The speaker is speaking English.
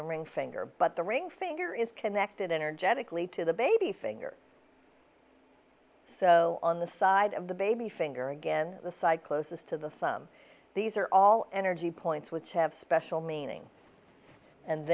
the ring finger but the ring finger is connected energetically to the baby finger so on the side of the baby finger again the side closest to the thumb these are all energy points which have special meaning and